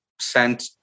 sent